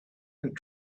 and